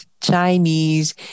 Chinese